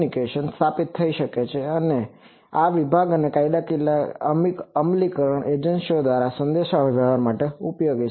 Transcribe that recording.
ત્યારબાદ ફાયર વિભાગ અને કાયદા અમલીકરણ એજન્સીઓ દ્વારા સંદેશાવ્યવહાર માટે ઉપયોગી છે